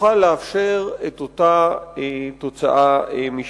ותוכל לאפשר את אותה תוצאה משפטית.